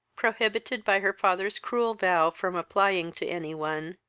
prohibited by her father's cruel vow from applying to any one,